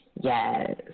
Yes